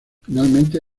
finalmente